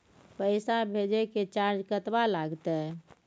पैसा भेजय के चार्ज कतबा लागते?